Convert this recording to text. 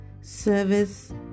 service